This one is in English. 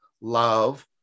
love